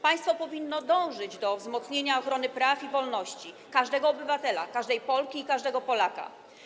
Państwo powinno dążyć do wzmocnienia ochrony praw i wolności każdego obywatela, każdej Polki i każdego Polaka.